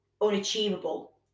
unachievable